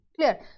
Clear